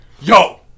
yo